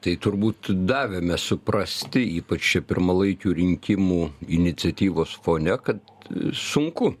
tai turbūt davėme suprasti ypač pirmalaikių rinkimų iniciatyvos fone kad sunku